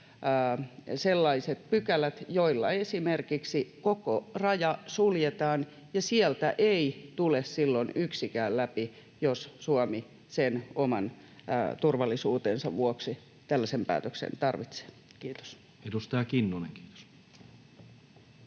sellaiset pykälät, joilla esimerkiksi koko raja suljetaan, niin että sieltä ei tule silloin yksikään läpi, jos Suomi sen oman turvallisuutensa vuoksi tällaisen päätöksen tarvitsee. — Kiitos. [Speech 94] Speaker: